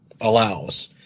allows